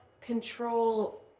control